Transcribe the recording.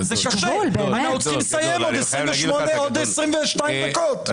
אנחנו צריכים לסיים עוד 22 דקות,